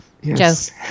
Yes